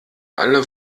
alle